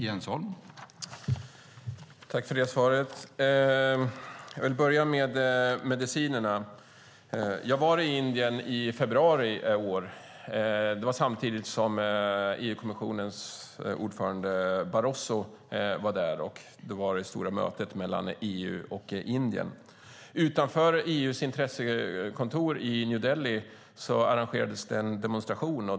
Herr talman! Tack för svaret! Jag vill börja med frågan om medicinerna. Jag var i Indien i februari i år. Det var samtidigt som EU-kommissionens ordförande Barroso var där på det stora mötet mellan EU och Indien. Utanför EU:s intressekontor i New Delhi arrangerades en demonstration.